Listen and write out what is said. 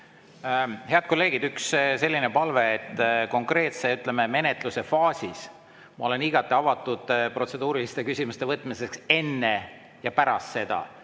Head kolleegid! Üks selline palve, et konkreetses menetluse faasis ma olen igati avatud protseduuriliste küsimuste võtmiseks enne ja pärast seda,